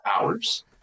hours